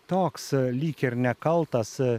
toks lyg ir nekaltas